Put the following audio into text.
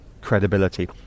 credibility